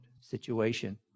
situation